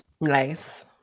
nice